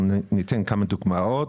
אנחנו ניתן כמה דוגמאות.